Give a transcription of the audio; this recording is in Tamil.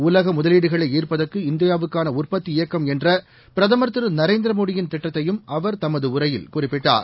உலக முதலீடுகளை ஈர்ப்பதற்கு இந்தியாவுக்கான உற்பத்தி இயக்கம் என்ற பிரதமர் திரு நரேந்திர மோடியின் திட்டத்தையும் அவர் தனது உரையில் குறிப்பிட்டார்